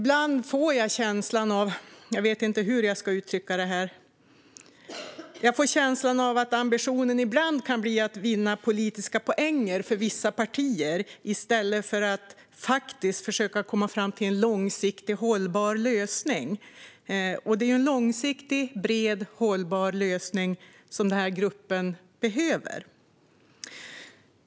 Jag vet inte riktigt hur jag ska uttrycka detta, men ibland får jag känslan av att ambitionen är att vinna politiska poänger för vissa partier i stället för att faktiskt försöka komma fram till en långsiktig och hållbar lösning. En långsiktig, bred och hållbar lösning är ju vad den här gruppen behöver.